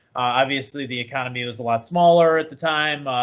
obviously, the economy was a lot smaller at the time,